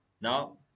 Now